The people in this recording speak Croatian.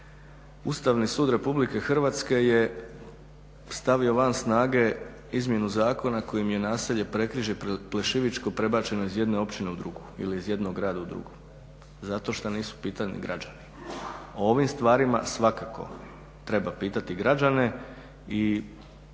Ustavni sud RH je stavio van snage izmjenu zakona kojim je naselje Prekrižje Plešivičko prebačeno iz jedne općine u drugu ili iz jednog grada u drugi zato što nisu pitani građani. O ovim stvarima svakako treba pitati građane.